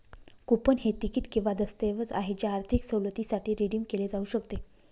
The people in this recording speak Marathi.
कूपन हे तिकीट किंवा दस्तऐवज आहे जे आर्थिक सवलतीसाठी रिडीम केले जाऊ शकते